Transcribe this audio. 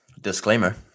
disclaimer